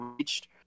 reached